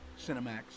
Cinemax